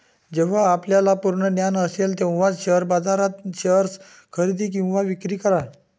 जेव्हा आपल्याला पूर्ण ज्ञान असेल तेव्हाच शेअर बाजारात शेअर्स खरेदी किंवा विक्री करा